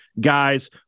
guys